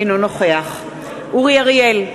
אינו נוכח אורי אריאל,